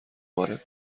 وارد